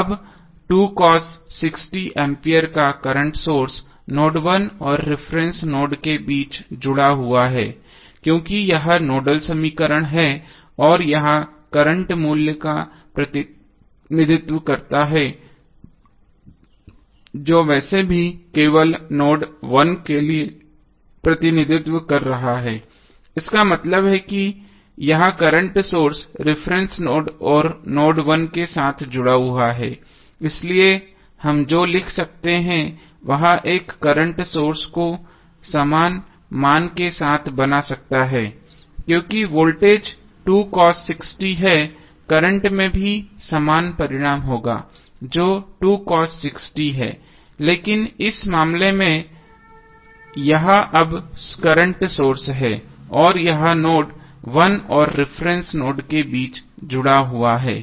अब 2cos 6t ampere का current source node 1 और रिफरेन्स नोड के बीच जुड़ा हुआ है क्योंकि यह नोडल समीकरण है और यह करंट मूल्य का प्रतिनिधित्व करता है जो वैसे भी केवल नोड 1 के लिए प्रतिनिधित्व कर रहा है इसका मतलब है कि यह करंट सोर्स रिफरेन्स नोड और नोड 1 के साथ जुड़ा हुआ है इसलिए हम जो लिख सकते हैं वह एक करंट सोर्स को समान मान के साथ बना सकता है क्योंकि वोल्टेज 2cos6t है करंट में भी समान परिमाण होगा जो 2cos6t है लेकिन इस मामले में यह अब करंट सोर्स है और यह नोड 1 और रिफरेन्स नोड के बीच जुड़ा हुआ है